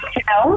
Hello